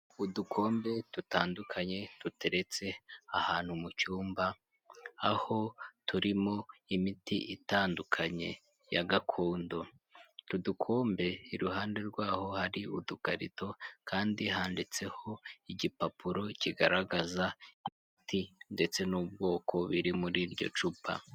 Udukombe dutandukanye duteretse ahantu mu cyumba aho turimo imiti itandukanye ya gakondo, utu dukombe iruhande rwaho hari udukarito kandi handitseho igipapuro kigaragaza imiti ndetse n'ubwoko biri muri iryo cupa.